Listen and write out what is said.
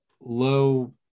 low